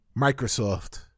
Microsoft